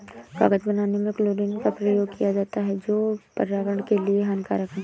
कागज बनाने में क्लोरीन का प्रयोग किया जाता है जो पर्यावरण के लिए हानिकारक है